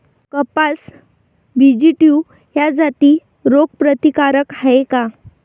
कपास BG two ह्या जाती रोग प्रतिकारक हाये का?